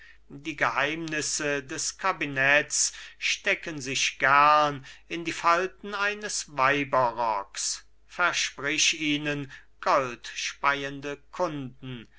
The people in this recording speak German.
die geheimnisse des kabinetts stecken sich gern in die falten eines weiberrocks versprich ihnen goldspeiende kunden